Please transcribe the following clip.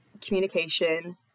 communication